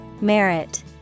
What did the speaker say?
Merit